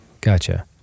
Gotcha